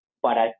para